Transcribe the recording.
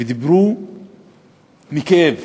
ודיברו מכאב.